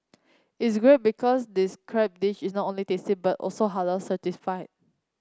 is great because this crab dish is not only tasty but also Halal certified